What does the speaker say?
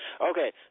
Okay